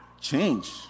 change